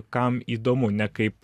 kam įdomu ne kaip